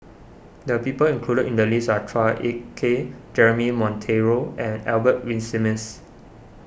the people included in the list are Chua Ek Kay Jeremy Monteiro and Albert Winsemius